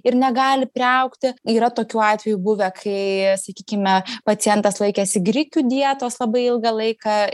ir negali priaugti yra tokių atvejų buvę kai sakykime pacientas laikėsi grikių dietos labai ilgą laiką